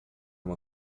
uma